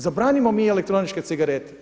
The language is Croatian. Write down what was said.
Zabranimo mi elektroničke cigarete.